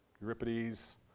Euripides